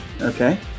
okay